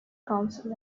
council